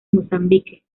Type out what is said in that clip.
mozambique